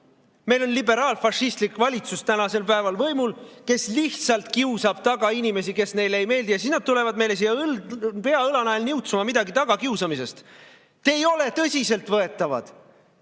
Meil on liberaalfašistlik valitsus tänasel päeval võimul, kes lihtsalt kiusab taga inimesi, kes neile ei meeldi. Ja siis nad tulevad meile siia, pea meie õla najal, niutsuma midagi tagakiusamisest. Te ei ole tõsiselt võetavad.